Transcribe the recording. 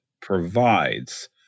provides